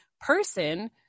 person